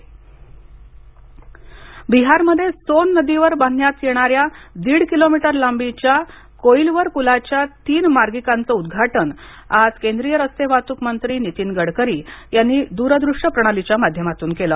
गडकरी बिहारमध्ये सोन नदीवर बांधण्यात येणाऱ्या दीड किलोमीटर लांबीच्या कोइलवर पुलाच्या तीन मार्कीकांच उद्घाटन आज केंद्रीय रस्ते वाहतूक मंत्री नितीन गडकरी यांनी दुरदृष्य प्रणालीच्या माध्यमातून केल